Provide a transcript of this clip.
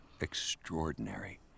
extraordinary